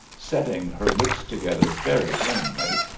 setting her lips together very firmly.